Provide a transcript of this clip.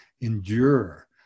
endure